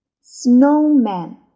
Snowman